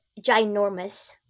ginormous